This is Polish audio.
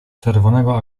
czerwonego